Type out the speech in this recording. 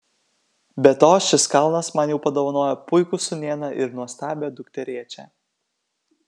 be to šis kalnas man jau padovanojo puikų sūnėną ir nuostabią dukterėčią